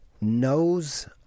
knows